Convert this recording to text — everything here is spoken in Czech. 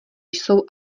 jsou